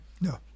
No